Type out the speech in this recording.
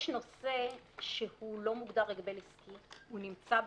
יש נושא שהוא לא מוגדר הגבל עסקי, הוא נמצא בחוק,